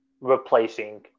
replacing